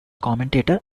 commentator